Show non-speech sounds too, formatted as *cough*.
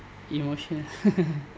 emotional *laughs*